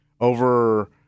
over